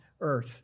earth